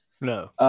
No